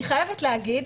אני חייבת להגיד,